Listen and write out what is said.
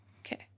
Okay